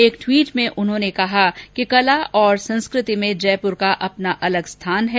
एक टवीट में उन्होंने कहा कि कला और संस्कृति में जयपुर का अपना अलग स्थान है